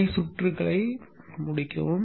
துணை சுற்றுகளை முடிக்கவும்